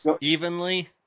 evenly